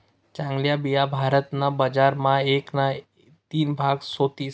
चांगल्या बिया भारत ना बजार मा एक ना तीन भाग सेतीस